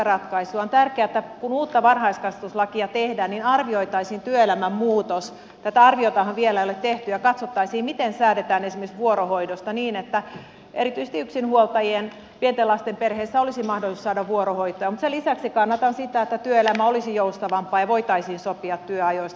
on tärkeää että kun uutta varhaiskasvatuslakia tehdään niin arvioitaisiin työelämän muutos tätä arviotahan vielä ei ole tehty ja katsottaisiin miten säädetään esimerkiksi vuorohoidosta niin että erityisesti yksinhuoltajien pienten lasten perheissä olisi mahdollisuus saada vuorohoitoa mutta sen lisäksi kannatan sitä että työelämä olisi joustavampaa ja voitaisiin sopia työajoista